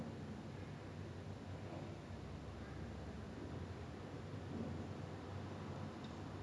so you cannot rely on what everyone is doing and all the same thing also so if everyone want to jump off a cliff you also jump off a cliff ah